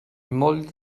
moll